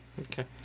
Okay